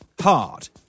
hard